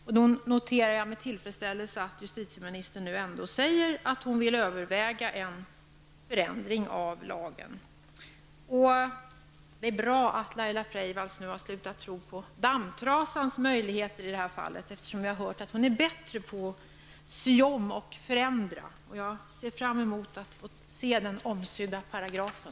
Jag noterar med tillfredsställelse att justitieministern nu ändå säger att hon vill överväga en förändring av lagen. Det är bra att Laila Freivalds nu har slutat tro på dammtrasans möjligheter i det här fallet; jag har nämligen hört att hon är bättre på att sy om och förändra. Jag ser fram emot att få se den omsydda paragrafen.